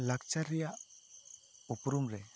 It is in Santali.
ᱞᱟᱠᱪᱟᱨ ᱨᱮᱭᱟᱜ ᱩᱯᱨᱩᱢ ᱨᱮ